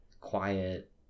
quiet